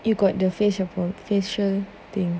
you got the facial facial thing